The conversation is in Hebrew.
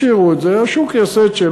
תשאירו את זה, השוק יעשה את שלו.